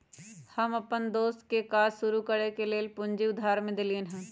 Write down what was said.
हम अप्पन दोस के काज शुरू करए के लेल कुछ पूजी उधार में देलियइ हन